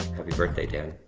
happy birthday, dan.